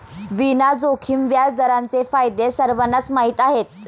विना जोखीम व्याजदरांचे फायदे सर्वांनाच माहीत आहेत